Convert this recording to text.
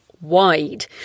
wide